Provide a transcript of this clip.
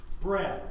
bread